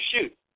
shoot